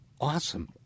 awesome